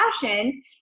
passion